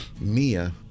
Mia